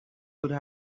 could